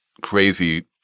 crazy